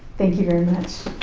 thank you very much.